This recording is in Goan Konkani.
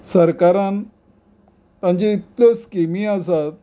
सरकारान तांच्यो इतल्यो स्किमी आसात